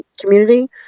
community